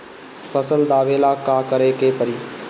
फसल दावेला का करे के परी?